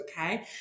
Okay